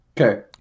Okay